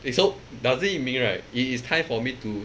okay so does it mean right it is time for me to